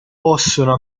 possono